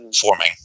forming